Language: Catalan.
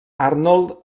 arnold